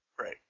Right